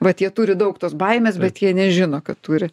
vat jie turi daug tos baimės bet jie nežino kad turi